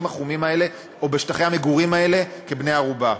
החומים האלה או בשטחי המגורים האלה כבני-ערובה.